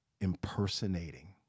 impersonating